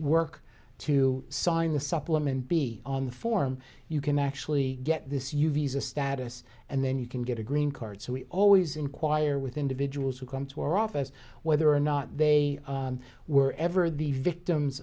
work to sign the supplement be on the form you can actually get this you visa status and then you can get a green card so we always enquire with individuals who come to our office whether or not they were ever the victims